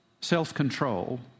self-control